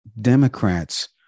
Democrats